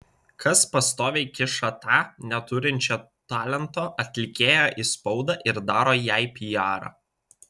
kas pastoviai kiša tą neturinčią talento atlikėją į spaudą ir daro jai pijarą